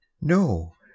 No